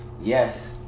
Yes